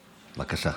בבקשה.